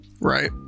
Right